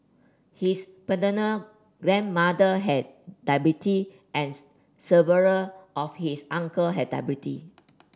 his paternal grandmother had diabetes and several of his uncle had diabetes